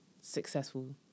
successful